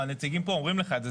הנציגים פה אומרים לך את זה,